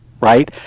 right